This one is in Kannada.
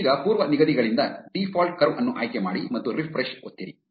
ಈಗ ಪೂರ್ವನಿಗದಿಗಳಿಂದ ಡೀಫಾಲ್ಟ್ ಕರ್ವ್ ಅನ್ನು ಆಯ್ಕೆ ಮಾಡಿ ಮತ್ತು ರಿಫ್ರೆಶ್ ಒತ್ತಿರಿ